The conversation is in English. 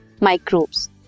microbes